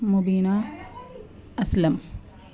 مبینہ اسلم